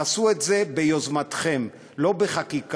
תעשו את זה ביוזמתכם, לא בחקיקה,